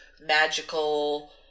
magical